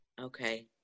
Okay